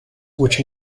which